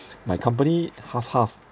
my company half half